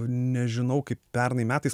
nežinau kaip pernai metais